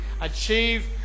achieve